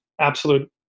absolute